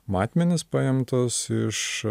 matmenis paimtus iš